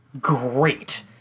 great